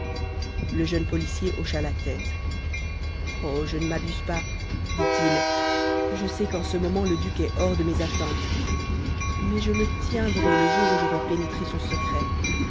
le jeune policier hocha la tête oh je ne m'abuse pas dit-il je sais qu'en ce moment le duc est hors de mes atteintes mais je le tiendrai le jour où j'aurai pénétré son secret